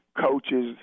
coaches